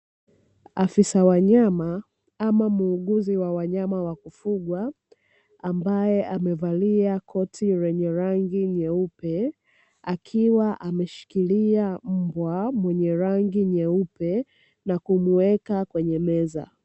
Afisa wanyama ama muuguzi wa wanyama wa kufugwa ambaye amevalia koti lenye rangi nyeupe, akiwa ameshikilia mbwa mwenye rangi nyeupe na kumuweka kwenye meza.